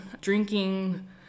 drinking